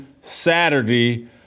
Saturday